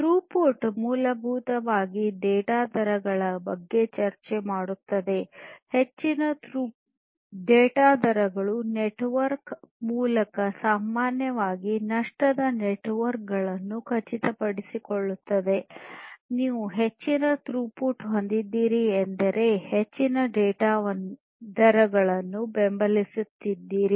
throughput ಮೂಲಭೂತವಾಗಿ data ದರಗಳ ಬಗ್ಗೆ ಚರ್ಚೆಮಾಡುತ್ತದೆ ಹೆಚ್ಚಿನ ಡೇಟಾ ದರಗಳು ನೆಟ್ವರ್ಕ್ ಮೂಲಕ ಸಾಮಾನ್ಯವಾಗಿ ನಷ್ಟದ ನೆಟ್ವರ್ಕ್ ಎಂದು ಖಚಿತಪಡಿಸುತ್ತದೆ ನೀವು ಹೆಚ್ಚಿನ ಥ್ರೋಪುಟ್ ಹೊಂದಿದ್ದೀರಿ ಎಂದರೆ ಹೆಚ್ಚಿನ ಡೇಟಾ ದರಗಳನ್ನು ಬೆಂಬಲಿಸುತ್ತೀರಿ